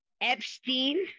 Epstein